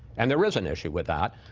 and there is an issue with that,